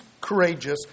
courageous